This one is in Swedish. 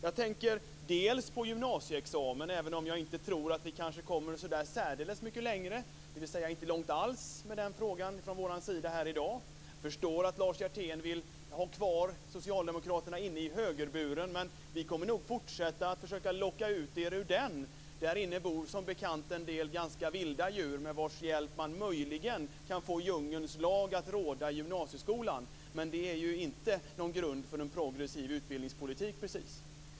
Jag tänker på gymnasieexamen, även jag inte tror att vi kommer så där särdeles mycket längre, dvs. inte långt alls, i denna fråga från vår sida. Jag förstår att Lars Hjertén vill ha kvar socialdemokraterna inne i högerburen, men vi kommer att fortsätta att försöka locka ut dem ur denna bur. Där inne bor som bekant en del ganska vilda djur med vars hjälp man möjligen kan få djungelns lag att råda i gymnasieskolan. Men det är inte precis någon grund för en progressiv utbildningspolitik.